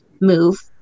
move